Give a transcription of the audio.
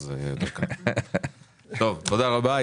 תודה רבה.